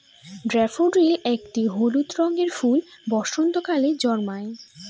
daffodil একটি হলুদ রঙের ফুল বসন্তকালে জন্মায়